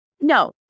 No